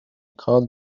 call